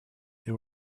they